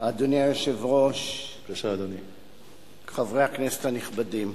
היושב-ראש, חברי הכנסת הנכבדים,